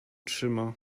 trzyma